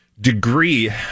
Degree